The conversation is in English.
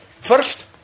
First